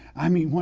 i mean,